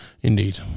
indeed